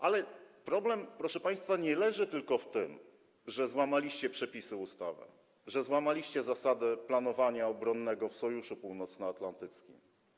Ale problem, proszę państwa, nie leży tylko w tym, że złamaliście przepisy ustawy, że złamaliście zasady planowania obronnego w Sojuszu Północnoatlantyckim.